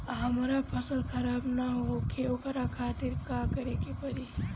हमर फसल खराब न होखे ओकरा खातिर का करे के परी?